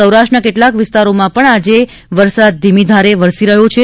સૌરાષ્ટ્રના કેટલાક વિસ્તારોમાં આજે પણ વરસાદ ધીમી ધારે વરસી રહ્યો છે